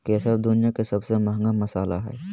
केसर दुनिया के सबसे महंगा मसाला हइ